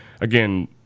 again